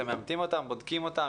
האם אתם מאמתים ובודקים אותם?